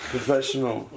Professional